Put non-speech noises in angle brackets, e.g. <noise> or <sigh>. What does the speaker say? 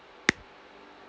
<noise>